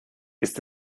ist